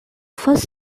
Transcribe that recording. first